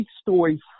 Story